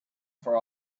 for